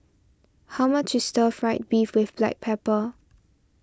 how much is Stir Fried Beef with Black Pepper